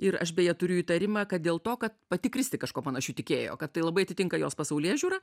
ir aš beje turiu įtarimą kad dėl to kad pati kristi kažkuo panašiu tikėjo kad tai labai atitinka jos pasaulėžiūrą